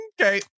Okay